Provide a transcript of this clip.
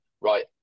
right